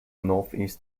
northeast